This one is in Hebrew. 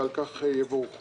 ועל כך יבורכו.